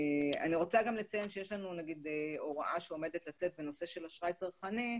אני רוצה גם לציין שיש לנו הוראה שעומדת לצאת בנושא של אשראי צרכני,